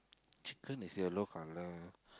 chicken is yellow colour